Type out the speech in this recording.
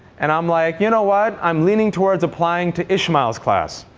and i'm like you know what, i'm leaning towards applying to ishmael's class.